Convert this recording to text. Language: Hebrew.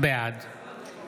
בעד